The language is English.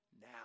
now